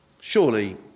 Surely